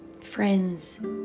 Friends